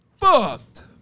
Fucked